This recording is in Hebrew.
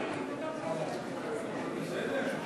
בבקשה, אדוני.